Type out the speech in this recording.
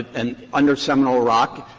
and under seminole rock